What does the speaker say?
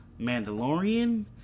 Mandalorian